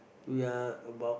we are about